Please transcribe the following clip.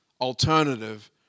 alternative